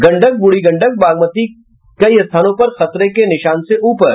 गंडक बूढ़ी गंडक बागमती कई स्थानों पर खतरे के निशान से ऊपर